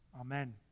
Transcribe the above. Amen